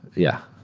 yeah.